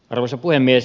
arvoisa puhemies